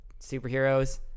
superheroes